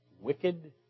Wicked